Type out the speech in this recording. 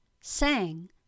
sang